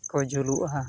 ᱠᱚ ᱡᱩᱞᱩᱜᱼᱟ